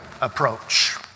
approach